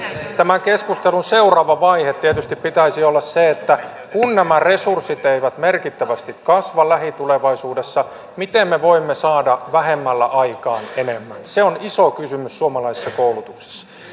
tämän keskustelun seuraavan vaiheen tietysti pitäisi olla se että kun nämä resurssit eivät merkittävästi kasva lähitulevaisuudessa miten me voimme saada vähemmällä aikaan enemmän se on iso kysymys suomalaisessa koulutuksessa